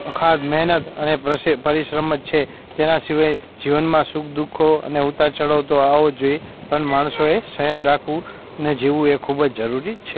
અથાગ મહેનત અને પરસે પરિશ્રમ જ છે તેના સિવાય જીવનમાં સુખ દુઃખો અને ઉતાર ચઢાવ તો આવવો જ જોઈએ પણ માણસોએ સંયમ રાખવું અને જીવવું ખૂબ જ જરૂરી છે